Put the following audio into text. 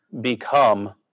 become